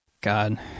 God